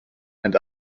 and